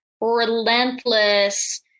relentless